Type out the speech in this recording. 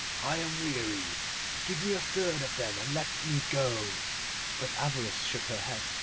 i am weary give me a third of them and let me go but avarice shook her head.